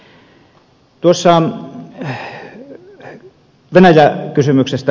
tuosta venäjä kysymyksestä